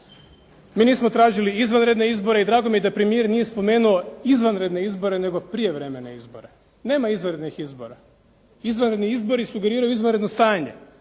Mi nismo tražili izvanredne izbore i drago mi je da premijer nije spomenuo izvanredne izbore, nego prijevremene izbore. Nema izvanrednih izbora. Izvanredni izbori sugeriraju izvanredno stanje.